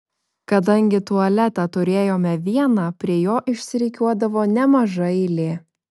kadangi tualetą turėjome vieną prie jo išsirikiuodavo nemaža eilė